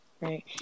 Right